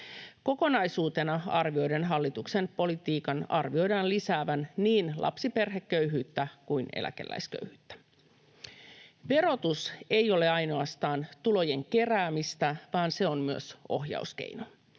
Kokonaisuutena arvioiden hallituksen politiikan arvioidaan lisäävän niin lapsiperheköyhyyttä kuin eläkeläisköyhyyttä. Verotus ei ole ainoastaan tulojen keräämistä, vaan se on myös ohjauskeino: